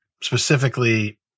specifically